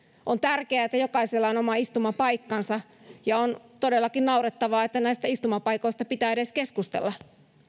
on tärkeää että jokaisella on oma istumapaikkansa ja on todellakin naurettavaa että näistä istumapaikoista pitää edes keskustella